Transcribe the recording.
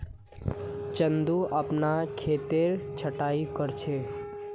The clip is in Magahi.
चंदू अपनार खेतेर छटायी कर छ